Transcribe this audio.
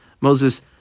Moses